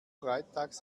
freitags